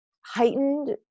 heightened